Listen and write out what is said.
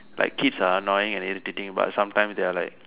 like kids are annoying and irritating but sometimes they're like